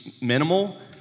minimal